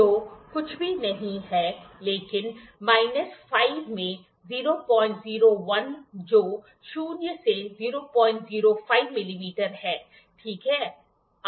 जो कुछ भी नहीं है लेकिन माइनस 5 में 001 जो शून्य से 005 मिलीमीटर है ठीक है